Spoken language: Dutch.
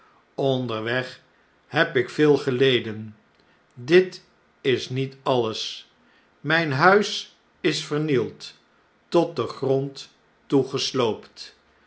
onderweg heb ik veel geleden dit is niet alles mh'n huis is vernield tot den grond